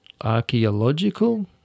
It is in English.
archaeological